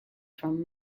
from